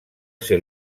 ser